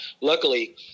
luckily